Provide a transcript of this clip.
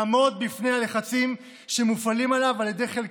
לעמוד בפני הלחצים שמופעלים עליו על ידי חלק